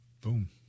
boom